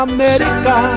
America